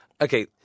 Okay